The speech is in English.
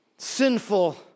sinful